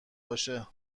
باشه